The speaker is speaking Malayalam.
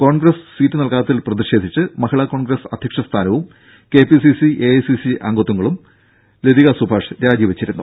കോൺഗ്രസ് സീറ്റ് നൽകാത്തതിൽ പ്രതിഷേധിച്ച് മഹിളാ കോൺഗ്രസ് അധ്യക്ഷ സ്ഥാനവും K P C C I C C അംഗത്വവും ലതികാ സുഭാഷ് രാജിവെച്ചിരുന്നു